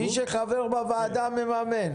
מי שחבר בוועדה מממן.